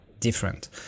different